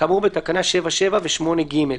כאמור בתקנות 7(7) ו-8(ג)".